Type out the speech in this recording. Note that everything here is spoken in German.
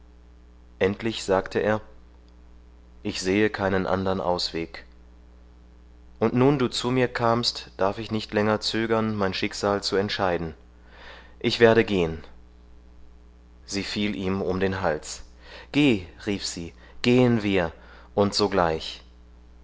endlich sagte er ich sehe keinen andern ausweg und nun du zu mir kamst darf ich nicht länger zögern mein schicksal zu entscheiden ich werde gehen sie fiel ihm um den hals geh rief sie gehen wir und sogleich